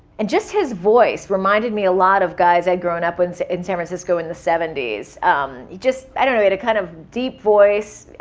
and just his voice reminded me a lot of guys i'd grown up with in san francisco in the seventy s. he just, i don't know, in a kind of deep voice.